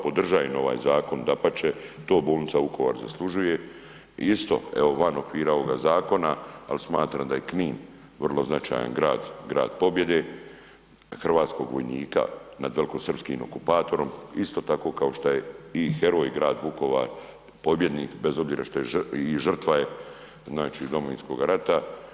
Podržavam ovaj zakon, dapače, to bolnica Vukovar zaslužuje i isto, evo, van okvira ovoga zakona, ali smatram da je i Knin vrlo značajan grad, grad pobjede hrvatskog vojnika nad velikosrpskim okupatorom isto tako kao što je i heroj grad, Vukovar, pobjednik, bez obzira što je i žrtva, i žrtva je znači Domovinskog rata.